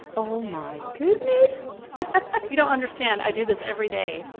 oh, my goodness you don't understand. i do this every day,